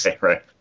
right